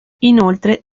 inoltre